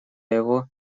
его